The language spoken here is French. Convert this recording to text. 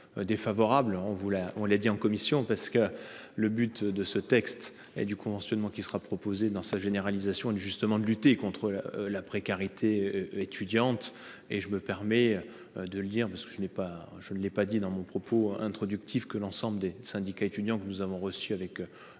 on vous l'a on l'a dit en commission parce que le but de ce texte et du conventionnement qui sera proposé dans sa généralisation est justement de lutter contre la précarité étudiante et je me permets de le dire parce que je n'ai pas je ne l'ai pas dit dans mon propos introductif que l'ensemble des syndicats étudiants que nous avons reçues avec.